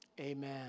Amen